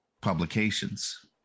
publications